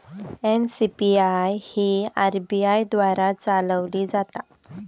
NCPI ही RBI द्वारा चालवली जाता